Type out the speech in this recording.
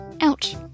Ouch